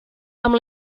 amb